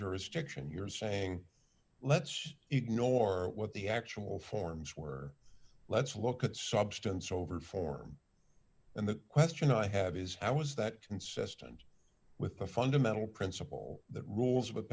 jurisdiction you're saying let's ignore what the actual forms were let's look at substance over form and the question i have is how is that consistent with the fundamental principle that rules